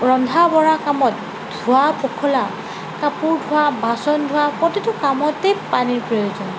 ৰন্ধা বঢ়া কামত ধোৱা পখলা কাপোৰ ধোৱা বাচন ধোৱা প্ৰতিটো কামতে পানীৰ প্ৰয়োজন